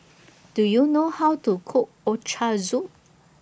Do YOU know How to Cook Ochazuke